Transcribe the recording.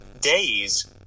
days